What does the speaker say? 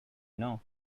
know